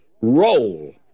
roll